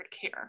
care